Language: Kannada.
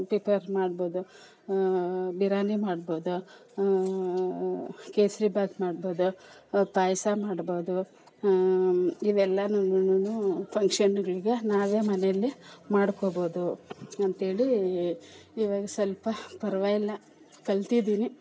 ಪ್ರಿಪೇರ್ ಮಾಡ್ಬೋದು ಬಿರಿಯಾನಿ ಮಾಡ್ಬೋದು ಕೇಸರಿ ಬಾತ್ ಮಾಡ್ಬೋದು ಪಾಯಸ ಮಾಡ್ಬೋದು ಇವೆಲ್ಲನೂ ಫಂಕ್ಷನ್ಗಳಿಗೆ ನಾವೇ ಮನೆಯಲ್ಲಿ ಮಾಡ್ಕೊಳ್ಬೋದು ಅಂಥೇಳಿ ಇವಾಗ ಸ್ವಲ್ಪ ಪರ್ವಾಗಿಲ್ಲ ಕಲ್ತಿದ್ದೀನಿ